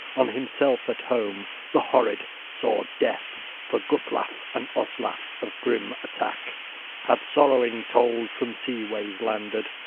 on himself at home, the horrid sword-death for guthlaf and oslaf of grim attack had sorrowing told, from sea-ways landed,